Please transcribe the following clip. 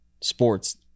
sports